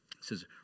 says